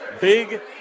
big